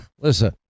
Listen